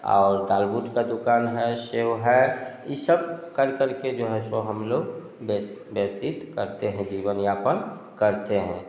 और दालमोट का दुकान है सेव है ये सब कर करके जो है सो हम लोग व्यतीत करते हैं जीनव यापन करते हैं